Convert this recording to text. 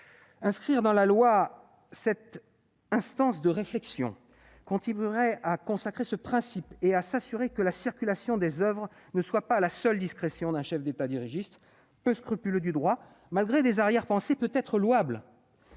Inscrire dans la loi cette instance de réflexion contribuerait à consacrer ce principe et à s'assurer que la circulation des oeuvres ne soit pas laissée à la seule discrétion d'un chef d'État dirigiste et peu scrupuleux du droit, malgré des arrière-pensées peut-être louables.